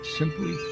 simply